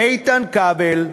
איתן כבל,